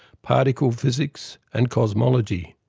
particle physics and cosmology.